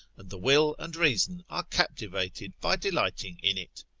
and the will and reason are captivated by delighting in it.